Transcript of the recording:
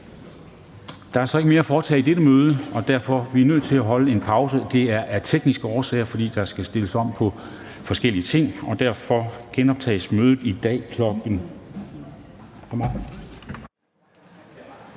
Der er så ikke mere at foretage i dette møde. Vi er nødt til at holde en pause, og det er af tekniske årsager, fordi der skal stilles om på forskellige ting. Der vil være et nyt møde i dag kl.